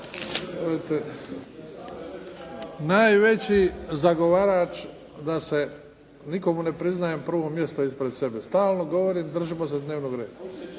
Najveći zagovarač da se nikomu ne priznajem prvo mjesto ispred sebe. Stalno govorim držimo se dnevnog reda.